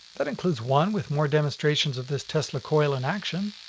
that includes one with more demonstrations of this tesla coil in action.